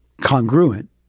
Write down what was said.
congruent